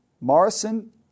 Morrison